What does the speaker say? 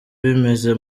bimeze